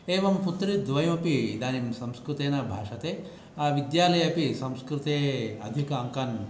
एवं पुत्रीद्वयो अपि इदानीं संस्कृतेन भाषते विद्यालये अपि संस्कृते अधिक अङ्कान्